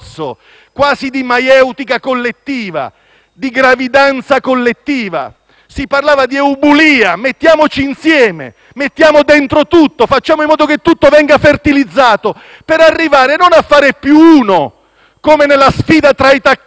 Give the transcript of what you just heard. si parlava di *eubulia.* Mettiamoci insieme, mettiamo dentro tutto e facciamo in modo che tutto venga fertilizzato, non per arrivare a fare "più uno", come nella sfida tra i tacchini che non vogliono entrare nella pentola, ma per fare in modo che quello che di risulta ci sarà